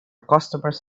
customers